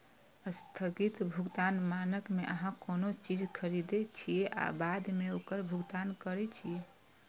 स्थगित भुगतान मानक मे अहां कोनो चीज खरीदै छियै आ बाद मे ओकर भुगतान करै छियै